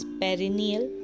perennial